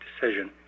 decision